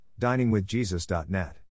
diningwithjesus.net